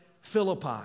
Philippi